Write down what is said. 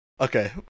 Okay